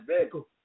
vehicle